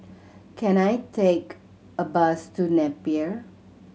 can I take a bus to Napier